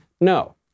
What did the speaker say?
No